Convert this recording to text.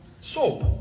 soap